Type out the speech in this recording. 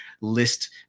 list